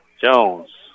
Jones